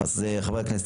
חברי הכנסת,